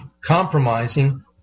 compromising